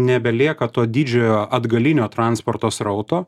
nebelieka to didžiojo atgalinio transporto srauto